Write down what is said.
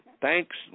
thanks